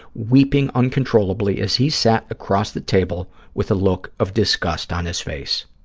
weeping uncontrollably as he sat across the table with a look of disgust on his face.